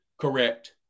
Correct